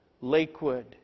Lakewood